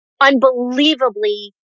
unbelievably